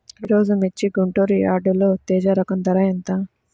ఈరోజు మిర్చి గుంటూరు యార్డులో తేజ రకం ధర ఎంత?